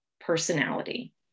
personality